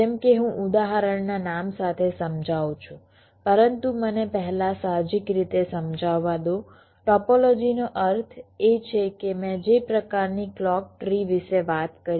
જેમ કે હું ઉદાહરણના નામ સાથે સમજાવું છું પરંતુ મને પહેલા સાહજિક રીતે સમજાવવા દો ટોપોલોજીનો અર્થ એ છે કે મેં જે પ્રકારની ક્લૉક ટ્રી વિશે વાત કરી